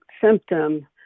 symptom